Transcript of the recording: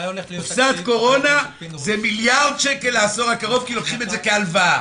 קופסת קורונה זה מיליארד שקל לעשור הקרוב כי לוקחים את זה כהלוואה.